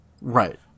Right